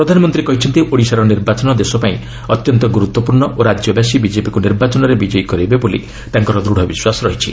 ପ୍ରଧାନମନ୍ତ୍ରୀ କହିଛନ୍ତି ଓଡ଼ିଶାର ନିର୍ବାଚନ ଦେଶ ପାଇଁ ଅତି ଗୁରୁତ୍ୱପୂର୍ଣ୍ଣ ଓ ରାଜ୍ୟବାସୀ ବିଜେପିକ୍ତୁ ନିର୍ବାଚନରେ ବିକ୍କୟ କରାଇବେ ବୋଲି ତାଙ୍କର ଦୂଢ଼ ବିଶ୍ୱାସ ରହିଛି